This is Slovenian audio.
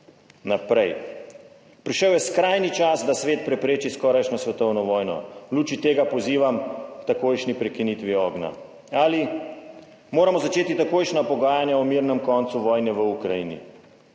Naprej: »Prišel je skrajni čas, da svet prepreči skorajšnjo svetovno vojno. V luči tega pozivam k takojšnji prekinitvi ognja«. Ali: »Moramo začeti takojšnja pogajanja o mirnem koncu vojne v Ukrajini«.